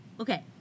Okay